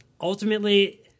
ultimately